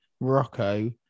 Morocco